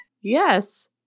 Yes